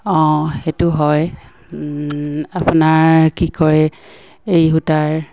অঁ সেইটো হয় আপোনাৰ কি কয় এৰী সূতাৰ